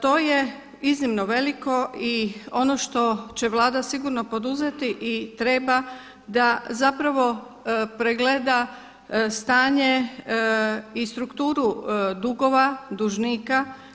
To je iznimno veliko i ono što će Vlada sigurno poduzeti i treba da zapravo pregleda stanje i strukturu dugova, dužnika.